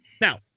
Now